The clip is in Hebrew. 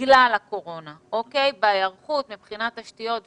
בגלל הקורונה מבחינת היערכות ומבחינת תשתיות וכו'.